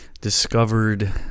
discovered